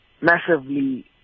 massively